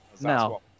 no